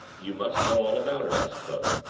you must know all about it, i suppose.